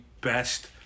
best